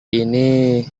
ini